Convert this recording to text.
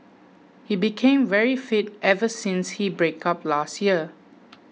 he became very fit ever since his breakup last year